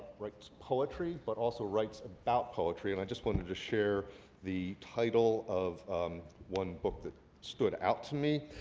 writes poetry, but also writes about poetry. and i just wanted to share the title of one book that stood out to me,